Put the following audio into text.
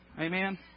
Amen